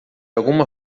alguma